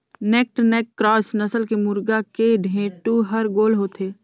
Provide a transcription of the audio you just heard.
naked neck cross नसल के मुरगा के ढेंटू हर गोल होथे